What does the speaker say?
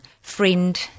friend